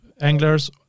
anglers